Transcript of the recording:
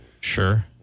sure